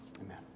Amen